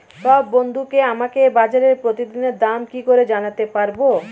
সব বন্ধুকে আমাকে বাজারের প্রতিদিনের দাম কি করে জানাতে পারবো?